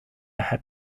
had